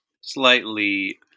slightly